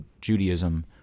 Judaism